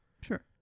Sure